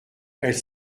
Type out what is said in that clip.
elles